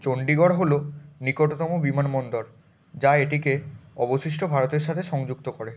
চণ্ডীগড় হলো নিকটতম বিমানবন্দর যা এটিকে অবশিষ্ট ভারতের সাথে সংযুক্ত করে